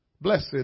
blessed